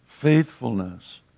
faithfulness